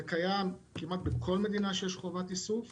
זה קיים כמעט בכל מדינה שיש בה חובת איסוף.